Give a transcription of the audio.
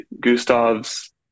gustav's